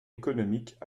économiques